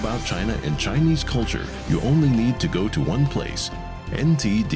about china in chinese culture you only need to go to one place in